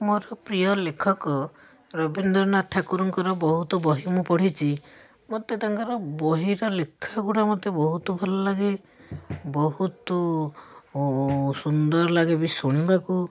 ମୋର ପ୍ରିୟ ଲେଖକ ରବୀନ୍ଦ୍ର ନାଥ ଠାକୁରଙ୍କର ବହୁତ ବହି ମୁଁ ପଢ଼ିଛି ମୋତେ ତାଙ୍କ ବହିର ଲେଖା ଗୁଡ଼ା ମୋତେ ବହୁତ ଭଲଲାଗେ ବହୁତ ସୁନ୍ଦର ଲାଗେ ବି ଶୁଣିବାକୁ